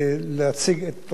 תודה רבה, אדוני.